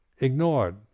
ignored